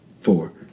four